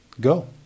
go